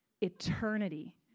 Eternity